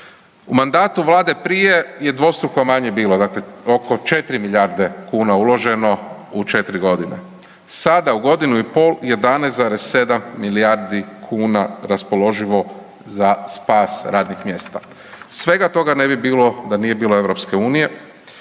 U mandatu vlade prije je dvostruko manje bilo, dakle oko 4 milijarde kuna uloženo u 4.g., sada u godinu i pol 11,7 milijardi kuna raspoloživo za spas radnih mjesta. Svega toga ne bi bilo da nije bilo EU